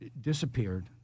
disappeared